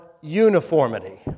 uniformity